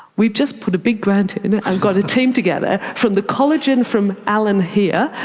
we've just put a big grant in and got a team together, from the collagen from alan here,